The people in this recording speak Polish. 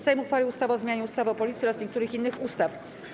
Sejm uchwalił ustawę o zmianie ustawy o Policji oraz niektórych innych ustaw.